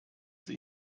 sie